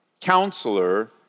Counselor